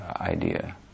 idea